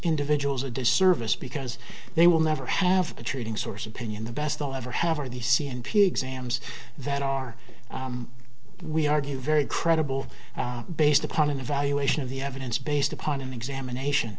individuals a disservice because they will never have a treating source opinion the best they'll ever have are the c n p exams that are we argue very credible based upon an evaluation of the evidence based upon an examination